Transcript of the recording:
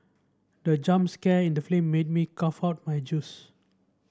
the jump scare in the film made me cough out my juice